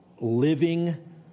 living